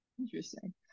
Interesting